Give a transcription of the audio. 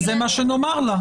וזה מה שנאמר לה.